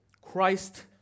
Christ